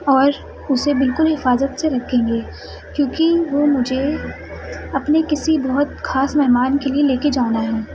اور اسے بالکل حفاظت سے رکھیں گے کیونکہ وہ مجھے اپنے کسی بہت خاص مہمان کے لیے لے کے جانا ہے